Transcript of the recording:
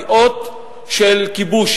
היא אות של כיבוש.